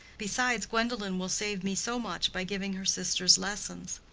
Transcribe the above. besides, gwendolen will save me so much by giving her sisters lessons.